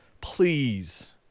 Please